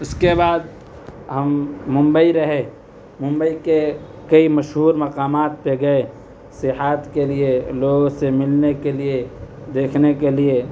اس کے بعد ہم ممبئی رہے ممبئی کے کئی مشہور مقامات پہ گئے سیحات کے لیے لوگوں سے ملنے کے لیے دیکھنے کے لیے